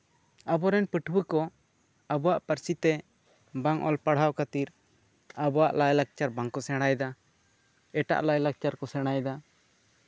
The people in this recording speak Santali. ᱟᱵᱚ ᱨᱮᱱ ᱯᱟᱹᱴᱷᱩᱣᱟᱹ ᱠᱚ ᱟᱵᱚᱣᱟᱜ ᱯᱟᱹᱨᱥᱤ ᱛᱮ ᱵᱟᱝ ᱚᱞᱯᱟᱲᱦᱟᱣ ᱠᱷᱟᱹᱛᱤᱨ ᱟᱵᱚᱣᱟᱜ ᱞᱟᱭᱼᱞᱟᱠᱪᱟᱨ ᱵᱟᱝᱠᱚ ᱥᱮᱬᱟᱭᱮᱫᱟ ᱮᱴᱟᱜ ᱞᱟᱭᱼᱞᱟᱠᱪᱟᱨ ᱠᱚ ᱥᱮᱬᱟᱭᱮᱫᱟ